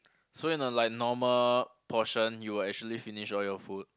so in the like normal portion you would actually finish all your food